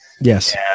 Yes